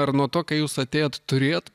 ar nuo to kai jūs atėjot turėjot